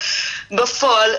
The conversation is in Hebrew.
בפועל,